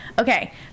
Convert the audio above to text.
Okay